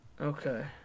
Okay